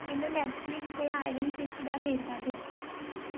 ਮੈਨੂੰ ਨੈੱਟਫਲਿਕਸ 'ਤੇ Iron Fist ਦਾ ਵੇਰਵਾ ਦਿਓ